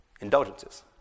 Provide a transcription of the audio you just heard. indulgences